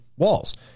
walls